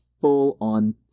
full-on